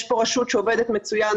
יש פה רשות שעובדת מצוין.